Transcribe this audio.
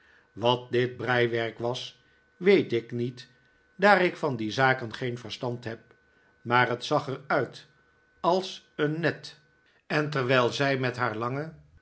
wat dit breiwerk was weet ik niet daar ik van die zaken geen verstand heb maar het zag er uit als een net en terwijl zij met haar lange